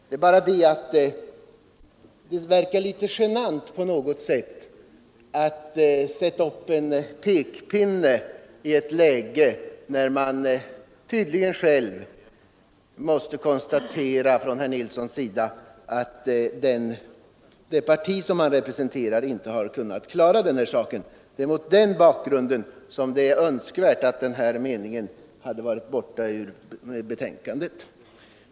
Men det borde kännas på något sätt genant att sätta upp en pekpinne från herr Nilssons sida i ett läge när han tydligen själv måste konstatera att det parti som han representerar inte har kunnat klara saken. Det är mot den bakgrunden som det är önskvärt att denna mening hade varit borta ur betänkandet.